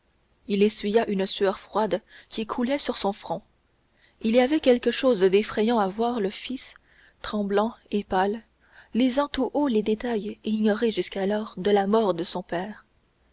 il essuya une sueur froide qui coulait sur son front il y avait quelque chose d'effrayant à voir le fils tremblant et pâle lisant tout haut les détails ignorés jusqu'alors de la mort de son père